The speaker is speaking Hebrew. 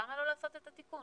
למה לא לעשות את התיקון?